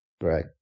Right